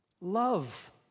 love